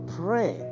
pray